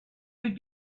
would